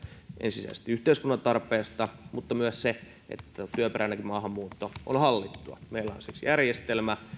ensisijaisesti yhteiskunnan tarpeesta mutta myös työperäinenkin maahanmuutto on hallittua meillä on siksi järjestelmä